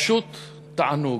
פשוט תענוג.